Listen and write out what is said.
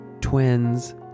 twins